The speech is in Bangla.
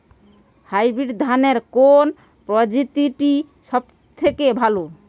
হাইব্রিড ধানের কোন প্রজীতিটি সবথেকে ভালো?